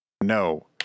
no